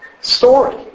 Story